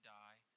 die